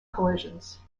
collisions